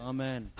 Amen